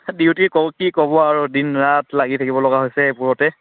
duty কওঁ কি ক'ব আৰু দিন ৰাত লাগি থাকিব লগা হৈছে এইবোৰতে